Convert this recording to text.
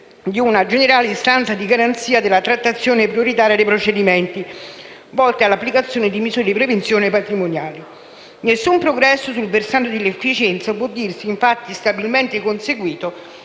di una generale istanza di garanzia della trattazione prioritaria dei procedimenti volti all'applicazione di misure di prevenzione patrimoniali. Nessun progresso sul versante dell'efficienza può dirsi, infatti, stabilmente conseguito